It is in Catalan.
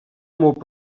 molt